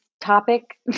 topic